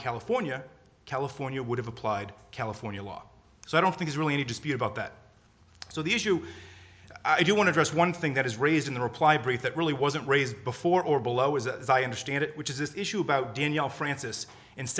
in california california would have applied california law so i don't think is really any dispute about that so the issue i do want to just one thing that is raised in the reply brief that really wasn't raised before or below is a i understand it which is this issue about danielle francis in